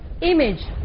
image